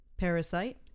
Parasite